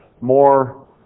more